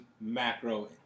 macro